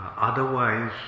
otherwise